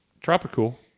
Tropical